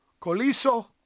Coliso